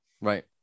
Right